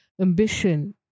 ambition